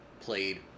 played